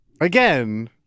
Again